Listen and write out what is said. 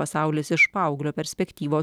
pasaulis iš paauglio perspektyvos